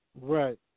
Right